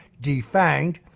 defanged